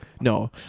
No